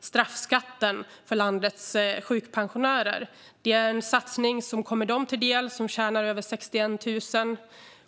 straffskatten för landets sjukpensionärer? Det är en satsning som kommer dem till del som tjänar över 61 000 i månaden.